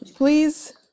Please